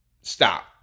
stop